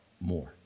more